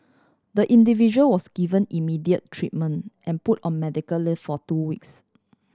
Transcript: the individual was given immediate treatment and put on medical leave for two weeks